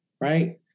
right